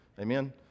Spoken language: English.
Amen